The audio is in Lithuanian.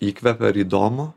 įkvepia ir įdomu